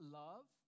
love